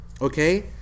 okay